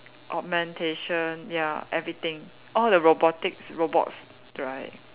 augmentation ya everything all the robotics robots right